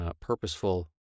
purposeful